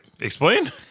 explain